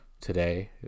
today